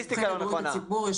מומחים לבריאות הציבור,